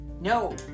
no